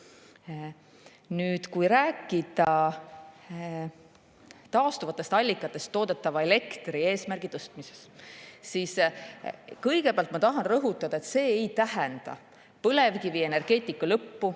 Kui rääkida taastuvatest allikatest toodetava elektri [protsendi] tõstmisest, siis kõigepealt tahan rõhutada, et see ei tähenda põlevkivienergeetika lõppu,